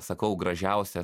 sakau gražiausią